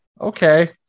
okay